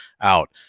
out